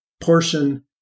portion